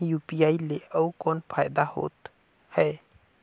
UPI ले अउ कौन फायदा होथ है?